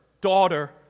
Daughter